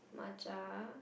matcha